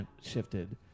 shifted